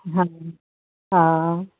हा हा